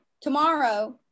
tomorrow